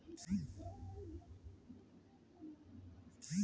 हम कुछ भी सामान लेबे ते ऑनलाइन करके बिल ला सके है की?